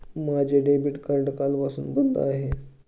माझे debit card कालपासून बंद आहे